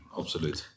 absoluut